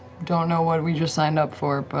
don't know what we just signed up for,